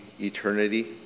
eternity